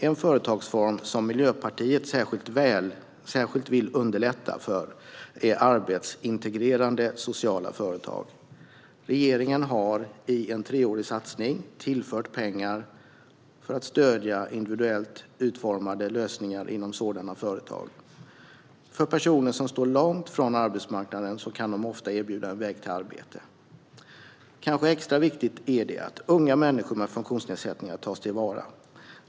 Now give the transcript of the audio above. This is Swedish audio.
En företagsform som Miljöpartiet särskilt vill underlätta för är arbetsintegrerande sociala företag. Regeringen har i en treårig satsning tillfört pengar för att stödja individuellt utformade lösningar inom sådana företag. För personer som står långt från arbetsmarknaden kan de ofta erbjuda en väg till arbete. Kanske extra viktigt är det att unga människor med funktionsnedsättningar tas till vara.